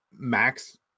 max